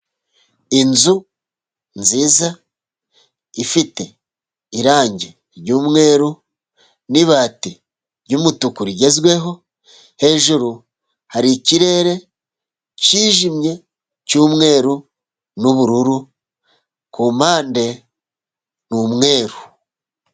Inzu nziza ifite irangi ry'umweru n'ibati ry'umutuku rigezweho. Hejuru hari ikirere cyijimye cy'umweru n'ubururu, ku mpande ni umweru.